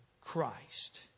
Christ